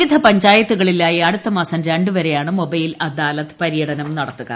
വിവിധ പഞ്ചായത്തുകളിലായി അടുത്ത മാസം രണ്ടുവരെയാണ് മൊബൈൽ ലോക് അദാലത്ത് പര്യടനം നടത്തുക